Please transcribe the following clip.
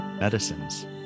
medicines